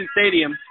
Stadium